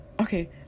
Okay